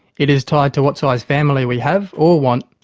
it is tied to what size family we have or want,